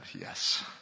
yes